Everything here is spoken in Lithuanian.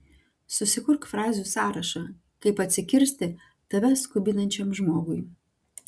susikurk frazių sąrašą kaip atsikirsti tave skubinančiam žmogui